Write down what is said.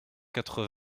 quatre